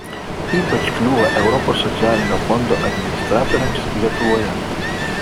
ypač kliūva europos socialinio fondo administratoriams lietuvoje